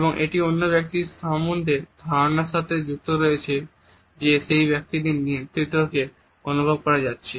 এবং একটি অন্য ব্যক্তির সম্বন্ধে ধারনার সাথেও যুক্ত রয়েছে যে সেই ব্যক্তির নেতৃত্বটি অনুভব করা যাচ্ছে